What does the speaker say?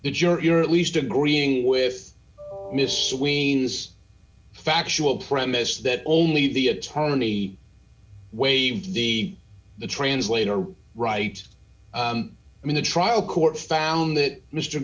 the jury or at least agreeing with miss sweeney's factual premise that only the attorney waived the the translator was right i mean the trial court found that mr